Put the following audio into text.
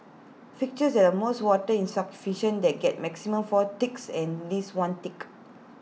fixtures that are most water in sub the get maximum four ticks and least one tick